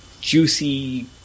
juicy